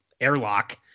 airlock